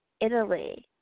Italy